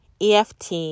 EFT